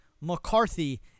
McCarthy